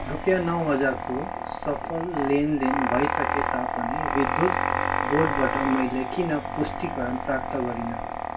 रुपियाँ नौ हजारको सफल लेनदेन भइसके तापनि विद्युत बोर्डबाट मैले किन पुष्टिकरण प्राप्त गरिनँ